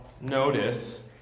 notice